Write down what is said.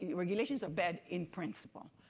regulations are bad in principle,